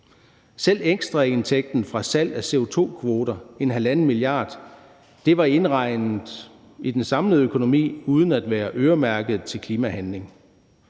Selv ekstraindtægten fra salget af CO2-kvoter på ca. 1,5 mia. kr. var indregnet i den samlede økonomi uden at være øremærket til klimahandling,